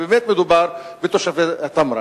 ובאמת מדובר בתושבי תמרה,